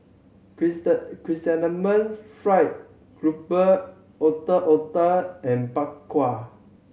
Chrysanthemum Fried Grouper Ondeh Ondeh and Bak Kwa